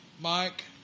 Mike